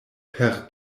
per